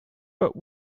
but